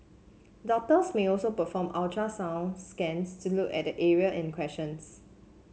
doctors may also perform ultrasound scans to look at the area in questions